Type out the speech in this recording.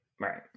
Right